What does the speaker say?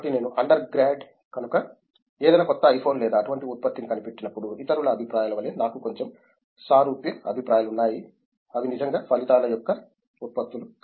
కాబట్టినేను undergrad కనుక ఏదయినా క్రొత్త ఐఫోన్ లేదా అటువంటి ఉత్పత్తిని కనిపెట్టినప్పుడు ఇతరుల అభిప్రాయాల వలే నాకు కొంచెం సారూప్య అభిప్రాయాలు ఉన్నాయి అవి నిజంగా ఫలితాల యొక్క ఉత్పత్తులు